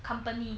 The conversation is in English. company